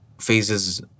phases